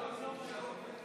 חברי הכנסת,